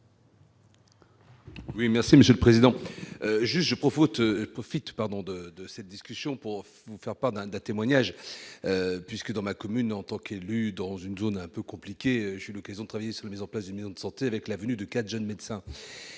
Oui, merci Monsieur le Président, juge pour faute profite pardon de de cette discussion pour vous faire part d'un témoignage, puisque dans ma commune, en tant qu'élu dans une zone un peu compliqué, j'ai l'occasion de travailler sur la mise en place d'une santé avec la venue de 4 jeunes médecins